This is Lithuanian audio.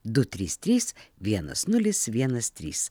du trys trys vienas nulis vienas trys